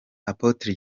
apotre